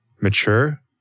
mature